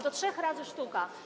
Do trzech razy sztuka.